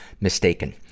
mistaken